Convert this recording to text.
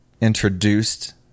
introduced